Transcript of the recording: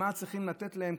מה צריכים לתת להם,